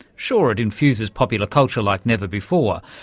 sure, it infuses popular culture like never before,